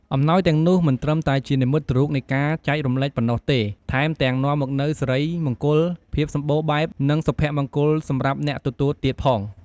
អំណោយទាំងនោះមិនត្រឹមតែជានិមិត្តរូបនៃការចែករំលែកប៉ុណ្ណោះទេ ថែមទាំងនាំមកនូវសិរីមង្គល ភាពសម្បូរបែប និងសុភមង្គលសម្រាប់អ្នកទទួលទៀតផង។